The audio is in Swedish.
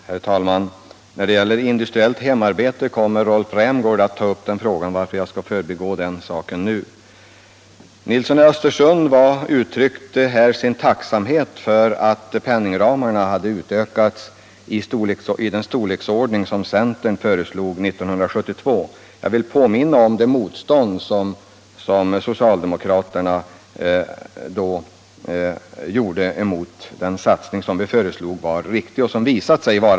Herr talman! Frågan om industriellt hemarbete kommer herr Rämgård att ta upp i sitt anförande, varför jag förbigår denna fråga. Herr Nilsson i Östersund uttryckte sin tacksamhet för att penningramarna för regionalpolitiken har ökats till den storlek som centern föreslog 1972. Jag vill påminna om det motstånd som socialdemokraterna då gjorde emot den bedömning som visat sig vara riktig.